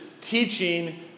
teaching